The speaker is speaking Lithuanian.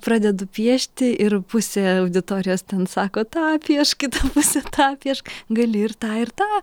pradedu piešti ir pusė auditorijos ten sako tą piešk kita pusė tą piešk gali ir tą ir tą